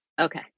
Okay